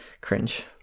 cringe